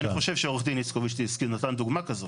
אני חושב שעו"ד איצקוביץ נתן דוגמה כזאת.